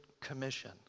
commission